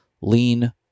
lean